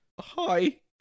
hi